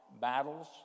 battles